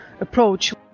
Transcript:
approach